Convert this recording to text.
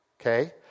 Okay